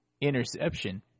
Interception